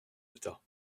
d’état